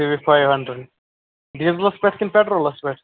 kiwi five hundred ڈِزلس پٮ۪ٹھ کِنہٕ پیٹرولس پٮ۪ٹھ